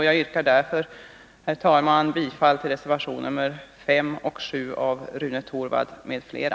Jag yrkar, herr talman, bifall till reservationerna 5 och 7 av Rune Torwald m.fl.